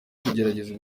kugerageza